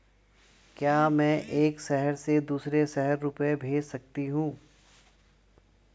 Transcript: क्या मैं एक शहर से दूसरे शहर रुपये भेज सकती हूँ?